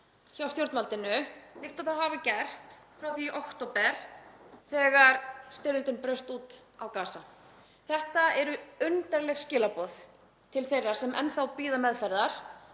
hjá stjórnvaldinu líkt og þær hafa gert frá því í október þegar styrjöldin braust út á Gaza. Þetta eru undarleg skilaboð til þeirra sem enn þá bíða meðferðar